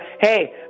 Hey